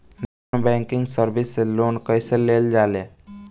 Non banking service से loan कैसे लेल जा ले?